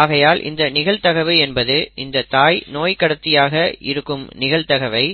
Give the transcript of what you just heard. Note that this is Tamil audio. ஆகையால் இந்த நிகழ்தகவு என்பது இந்தத் தாய் நோய் கடத்தியாக இருக்கும் நிகழ்தகவை